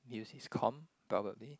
use his com probably